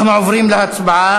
אנחנו עוברים להצבעה.